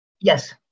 yes